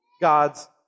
God's